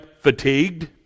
fatigued